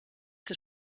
que